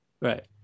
Right